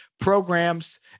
programs